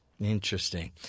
Interesting